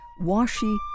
Washi